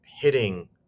hitting